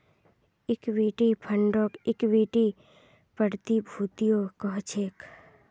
equity फंडक equity प्रतिभूतियो कह छेक